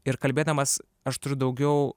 ir kalbėdamas aš turiu daugiau